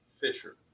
Fisher